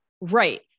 Right